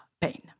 pain